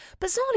Bizarrely